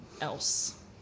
else